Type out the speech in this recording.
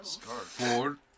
Ford